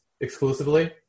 exclusively